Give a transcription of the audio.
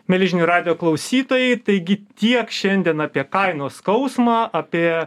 mieli žinių radijo klausytojai taigi tiek šiandien apie kainos skausmą apie